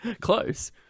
Close